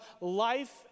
life